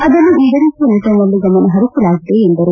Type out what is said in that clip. ಅದನ್ನು ಈಡೇರಿಸುವ ನಿಟ್ಟನಲ್ಲಿ ಗಮನಹರಿಸಲಾಗಿದೆ ಎಂದರು